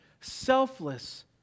selfless